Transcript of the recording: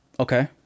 okay